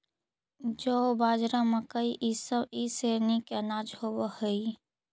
जौ, बाजरा, मकई इसब ई श्रेणी के अनाज होब हई